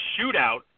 shootout